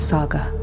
Saga